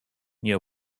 nie